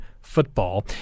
football